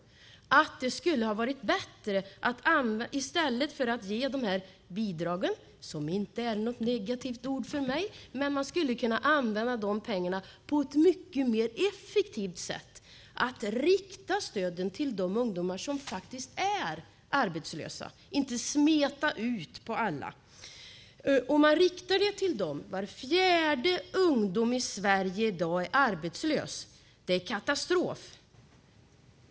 I stället för att ge dessa bidrag - som inte är något negativt ord för mig - hade man kunnat använda pengarna på ett mycket mer effektivt sätt. Man borde rikta stöden till de ungdomar som är arbetslösa och inte smeta ut på alla. Var fjärde ungdom i Sverige i dag är arbetslös.